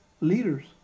leaders